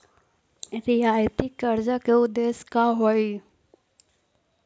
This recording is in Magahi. रियायती कर्जा के उदेश्य का हई?